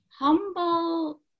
humble